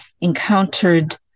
encountered